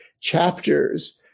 chapters